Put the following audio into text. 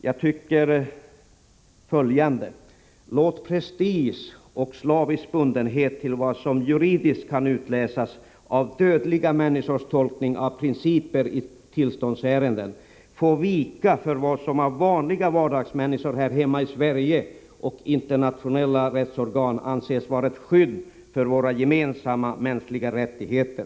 Jag tycker följande: Låt prestige och slavisk bundenhet till vad som juridiskt kan utläsas genom dödliga människors tolkning av principer i tillståndsärenden få vika för vad som av vanliga vardagsmänniskor här hemma i Sverige och av internationella rättsorgan — Nr 63 anses vara ett skydd för våra gemensamma mänskliga rättigheter.